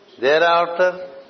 Thereafter